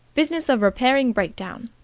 business of repairing breakdown.